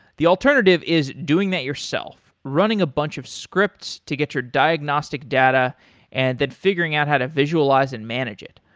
the alternative is doing that yourself, running a bunch of scripts to get your diagnostic data and then figuring out how to visualize and manage it.